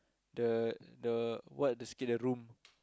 the the what the Scape the room